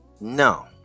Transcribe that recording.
No